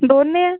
दोनें ऐ